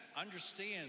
understand